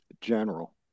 General